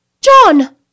John